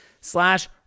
slash